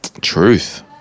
Truth